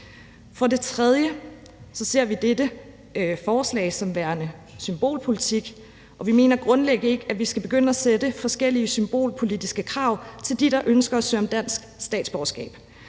For det tredje ser vi dette forslag som værende symbolpolitik, og vi mener grundlæggende ikke, at vi skal begynde at stille forskellige symbolpolitiske krav til dem, der ønsker at søge om dansk statsborgerskab.